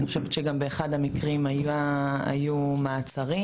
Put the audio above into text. באחד המקרים היו מעצרים,